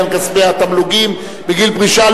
משיכה חד-פעמית של כספי התגמולים בגיל פרישה),